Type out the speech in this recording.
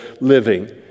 living